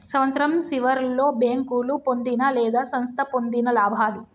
సంవత్సరం సివర్లో బేంకోలు పొందిన లేదా సంస్థ పొందిన లాభాలు